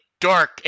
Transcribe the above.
dark